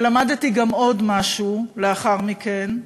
ולמדתי עוד משהו לאחר מכן.